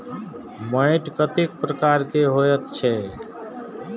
मैंट कतेक प्रकार के होयत छै?